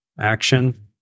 Action